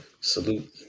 Salute